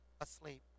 asleep